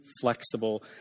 flexible